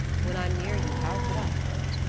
when i'm near you, how could i help it?